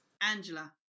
Angela